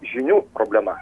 žinių problema